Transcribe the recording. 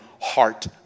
heart